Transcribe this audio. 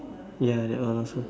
ya that one also